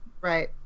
Right